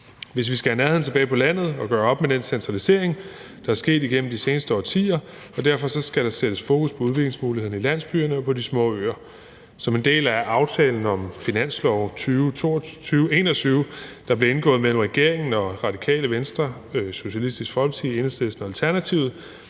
Hvis vi skal have nærheden tilbage på landet og gøre op med den centralisering, der er sket igennem de seneste årtier, skal der sættes fokus på udviklingsmuligheder i landsbyerne og på de små øer. Som en del af aftalen om finansloven 2021, der blev indgået mellem regeringen og Radikale Venstre, Socialistisk Folkeparti, Enhedslisten og Alternativet,